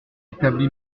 établi